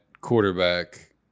quarterback